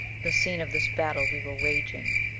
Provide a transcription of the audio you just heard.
the scene of this battle we were waging.